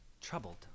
troubled